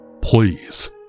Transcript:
Please